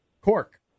Cork